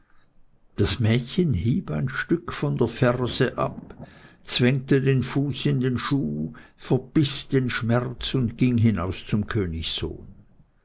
das mädchen hieb ein stück von der ferse ab zwängte den fuß in den schuh verbiß den schmerz und ging heraus zum